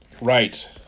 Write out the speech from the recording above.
Right